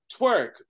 twerk